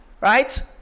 right